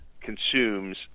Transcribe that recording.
consumes